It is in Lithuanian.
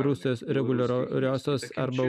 rusijos reguliariosios arba